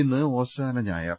ഇന്ന് ഓശാന ഞായർ